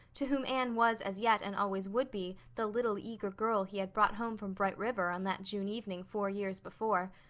to whom anne was as yet and always would be the little, eager girl he had brought home from bright river on that june evening four years before.